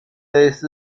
类似